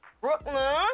Brooklyn